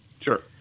Sure